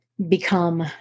Become